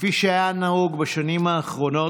כפי שהיה נהוג בשנים האחרונות,